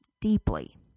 deeply